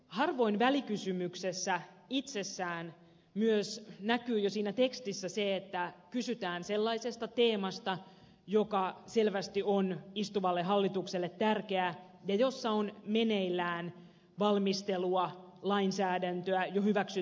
harvoin välikysymyksessä itsessään myös näkyy jo tekstissä se että kysytään sellaisesta teemasta joka selvästi on istuvalle hallitukselle tärkeä ja jossa on meneillään valmistelua lainsäädäntöä jo hyväksyttyä lainsäädäntöä